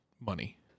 money